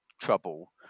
trouble